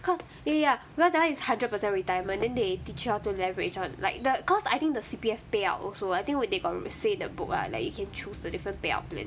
cau~ eh ya because that [one] is hundred percent retirement then they teach you how to leverage on like the cause I think the C_P_F payout also I think they got say in the book uh like you can choose the different payout plan